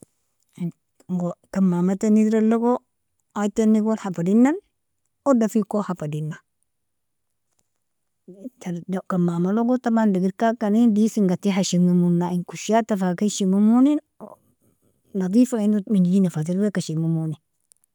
- inkamamatnie adrelogo ietanigon hafadinan odafikon, hafadina tar kamamalogo taban digerkagkani deisin gati hashimimona inkoshadta fakin shimimoni nadifa ingo manjejina fa tir weka shimimoni.